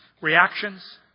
reactions